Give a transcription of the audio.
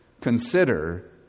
consider